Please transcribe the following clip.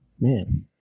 man